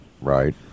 Right